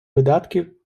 видатків